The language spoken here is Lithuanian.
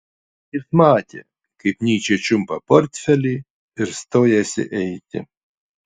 jis matė kaip nyčė čiumpa portfelį ir stojasi eiti